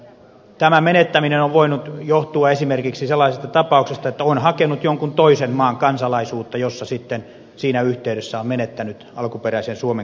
tämän menettäminen on voinut johtua esimerkiksi sellaisesta tapauksesta että on hakenut jonkun toisen maan kansalaisuutta jossa yhteydessä sitten on menettänyt alkuperäisen suomen kansalaisuutensa